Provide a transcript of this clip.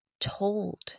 told